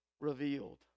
revealed